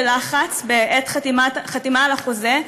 בלחץ בעת חתימה על החוזה,